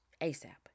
ASAP